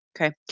Okay